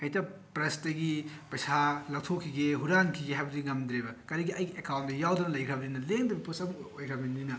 ꯍꯦꯛꯇ ꯄ꯭ꯔꯁꯇꯒꯤ ꯄꯩꯁꯥ ꯂꯧꯊꯣꯛꯈꯤꯒꯦ ꯍꯨꯔꯥꯟꯈꯤꯒꯦ ꯍꯥꯏꯕꯗꯨ ꯉꯝꯗ꯭ꯔꯦꯕ ꯀꯔꯤꯒꯤ ꯑꯩꯒꯤ ꯑꯦꯀꯥꯎꯟꯗ ꯌꯥꯎꯗꯨꯅ ꯂꯩꯈ꯭ꯔꯕꯅꯤꯅ ꯂꯦꯡꯗꯕ ꯄꯣꯠꯁꯛ ꯑꯣꯏꯔꯕꯅꯤꯅ